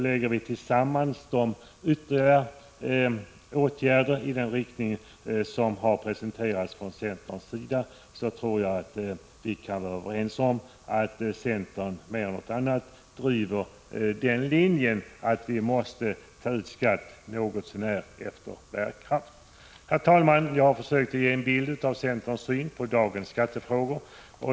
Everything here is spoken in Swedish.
Lägger vi samman detta med de ytterligare åtgärder i denna riktning som centern har presenterat, torde vi kunna vara överens om att centern mer än något annat parti driver den linjen att man måste ta ut skatt något så när efter bärkraft. Herr talman! Jag har försökt ge en bild av centerns syn på dagens skattefrågor.